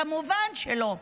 כמובן שלא.